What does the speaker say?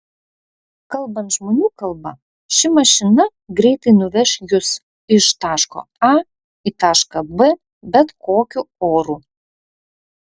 kalbant žmonių kalba ši mašina greitai nuveš jus iš taško a į tašką b bet kokiu oru